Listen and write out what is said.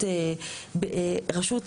באירופה,